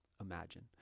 Imagine